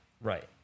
right